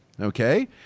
okay